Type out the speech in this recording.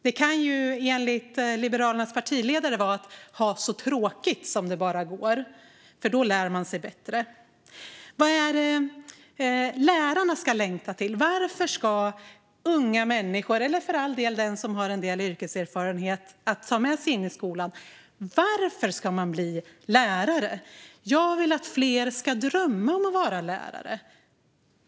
Det kan enligt Liberalernas partiledare vara att ha så tråkigt som det bara går, för då lär man sig bättre. Vad är det lärarna ska längta till? Varför ska unga människor, eller för all del de som har en del yrkeserfarenhet att ta med sig in i skolan, bli lärare? Jag vill att fler ska drömma om att vara lärare.